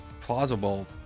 plausible